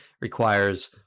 requires